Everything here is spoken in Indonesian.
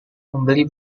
membeli